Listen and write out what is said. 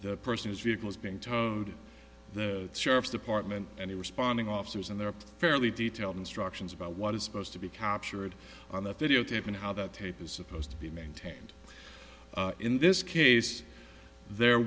the person whose vehicle is being towed the sheriff's department and the responding officers and there are fairly detailed instructions about what is supposed to be captured on that videotape and how that tape is supposed to be maintained in this case there